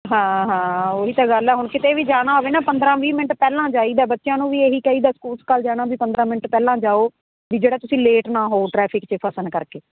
ਹਾਂ ਹਾਂ ਉਹੀ ਤਾਂ ਗੱਲ ਹੁਣ ਕਿਤੇ ਵੀ ਜਾਣਾ ਹੋਵੇ ਨਾ ਪੰਦਰਾਂ ਵੀਹ ਮਿੰਟ ਪਹਿਲਾਂ ਜਾਈਦਾ ਬੱਚਿਆਂ ਨੂੰ ਵੀ ਇਹੀ ਕਹੀਦਾ ਸਕੂਲ ਸਕਾਲ ਜਾਣਾ ਵੀ ਪੰਦਰਾਂ ਮਿੰਟ ਪਹਿਲਾਂ ਜਾਓ ਵੀ ਜਿਹੜਾ ਤੁਸੀਂ ਲੇਟ ਨਾ ਹੋ ਟਰੈਫਿਕ 'ਚ ਫਸਣ ਕਰਕੇ